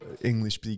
English